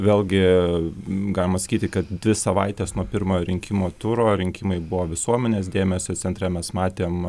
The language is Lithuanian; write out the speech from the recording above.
vėlgi galima sakyti kad dvi savaitės nuo pirmojo rinkimų turo rinkimai buvo visuomenės dėmesio centre mes matėm